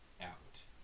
out